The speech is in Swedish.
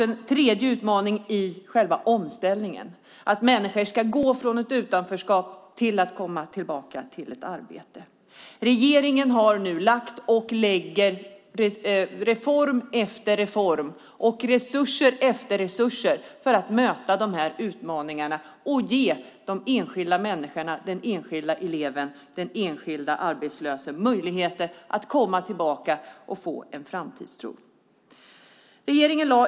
En tredje utmaning är själva omställningen. Människor ska gå från utanförskap tillbaka till ett arbete. Med reform efter reform och resurs efter resurs möter regeringen dessa utmaningar för att ge den enskilde eleven och den enskilde arbetslöse möjlighet att komma tillbaka och få en framtidstro.